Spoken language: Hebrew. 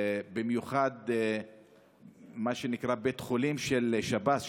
במיוחד מה שנקרא בית חולים של שב"ס,